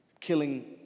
killing